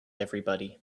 everybody